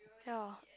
ya